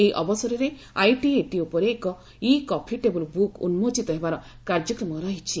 ଏହି ଅବସରରେ ଆଇଟିଏଟି ଉପରେ ଏକ ଇ କଫି ଟେବୁଲ ବୁକ୍ ଉନ୍ମୋଚିତ ହେବାର କାର୍ଯ୍ୟକ୍ରମ ରହିଛି